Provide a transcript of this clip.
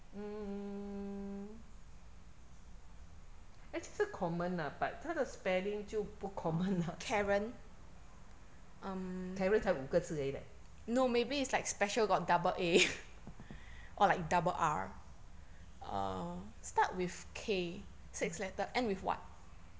mm actually 是 common lah but 她的 spelling 就不 common lah karen 才五个字而已 leh